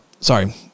sorry